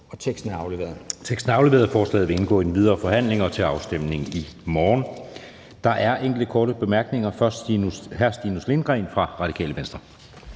(Jeppe Søe): Teksten er afleveret, og forslaget vil indgå i den videre forhandling og kommer til afstemning i morgen. Der er enkelte korte bemærkninger, og det er først hr. Stinus Lindgreen fra Radikale Venstre.